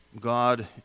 God